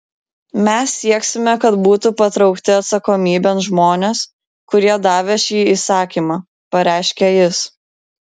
mes sieksime kad būtų patraukti atsakomybėn žmonės kurie davė šį įsakymą pareiškė jis